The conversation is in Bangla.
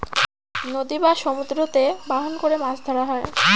নদী বা সমুদ্রতে বাহন করে মাছ ধরা হয়